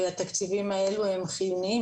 והתקציבים האלו הם חיוניים.